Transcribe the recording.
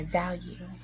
value